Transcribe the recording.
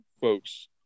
folks